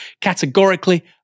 categorically